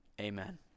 Amen